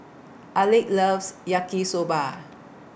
Alek loves Yaki Soba